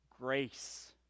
grace